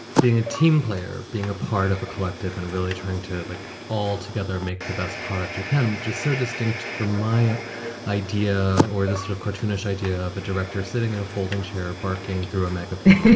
being a team player, being a part of a collective and really trying to, like all together, make the best product you can, which is so distinct from my it idea or the sort of cartoonish idea of a director sitting in a folding chair barking through a megaphone.